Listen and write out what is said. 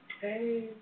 Hey